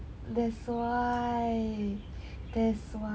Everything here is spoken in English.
that's why that's why